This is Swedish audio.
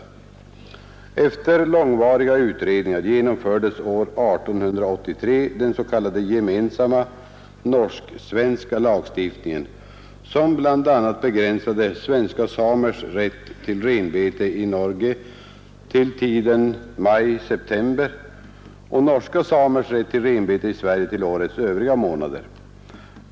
Efter långvariga utredningar genomfördes år 1883 den s.k. gemensamma norsk-svenska lagstiftningen, som bl.a. begränsade svenska samers rätt till renbete i Norge till tiden maj—september och norska samers rätt till renbete i Sverige till årets övriga månader.